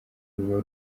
ruba